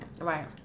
Right